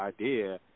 idea